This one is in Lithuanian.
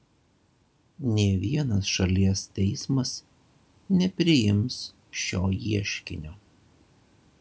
nė vienas šalies teismas nepriims šio ieškinio